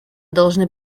должны